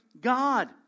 God